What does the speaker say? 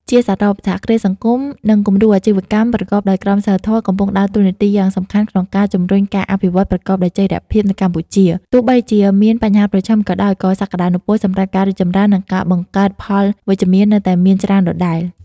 ជាសរុប សហគ្រាសសង្គម និងគំរូអាជីវកម្មប្រកបដោយក្រមសីលធម៌កំពុងដើរតួនាទីយ៉ាងសំខាន់ក្នុងការជំរុញការអភិវឌ្ឍប្រកបដោយចីរភាពនៅកម្ពុជា ទោះបីជាមានបញ្ហាប្រឈមក៏ដោយ ក៏សក្តានុពលសម្រាប់ការរីកចម្រើន និងការបង្កើតផលវិជ្ជមាននៅតែមានច្រើនដដែល។